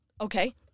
okay